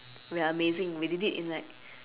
we are amazing we did it in like